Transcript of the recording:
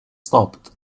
stopped